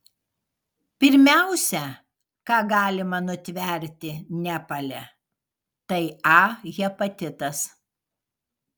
pirmiausia ką galima nutverti nepale tai a hepatitas